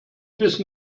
bist